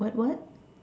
what what